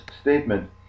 statement